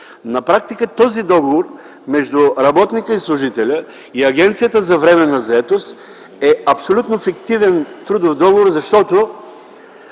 На практика този договор между работника и служителя и Агенцията за временна заетост е абсолютно фиктивен трудов договор, защото